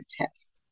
test